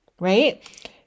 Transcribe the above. right